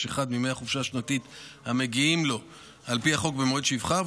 אחד מימי החופשה השנתית המגיעים לו על פי החוק במועד שיבחר,